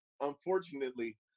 unfortunately